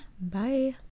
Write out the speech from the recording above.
bye